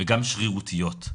וגם שרירותיות.